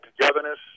togetherness